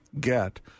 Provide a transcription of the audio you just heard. get